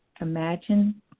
Imagine